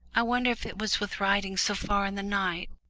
i wonder if it was with riding so far in the night,